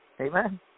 Amen